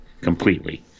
completely